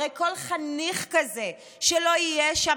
הרי כל חניך כזה שלא יהיה שם,